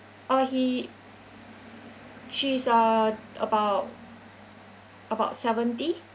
oh he she's uh about about seventy